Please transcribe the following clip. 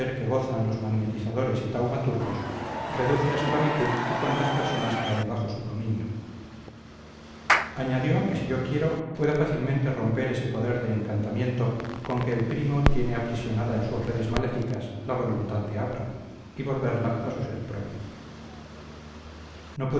que gozan los magnetizadores y taumaturgos reduce a esclavitud a cuantas personas caen bajo su dominio añadió que si yo quiero puedo fácilmente romper ese poder de encantamiento con que el primo tiene aprisionada en sus redes maléficas la voluntad de aura y volverla a su ser propio no pude